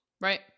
Right